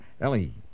Ellie